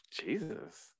Jesus